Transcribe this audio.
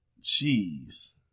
Jeez